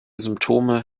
symptome